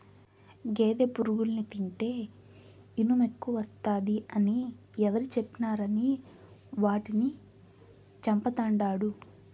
గేదె పురుగుల్ని తింటే ఇనుమెక్కువస్తాది అని ఎవరు చెప్పినారని వాటిని చంపతండాడు